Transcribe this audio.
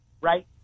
right